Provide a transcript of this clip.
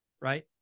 Right